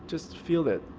just feel it.